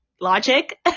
logic